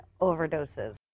overdoses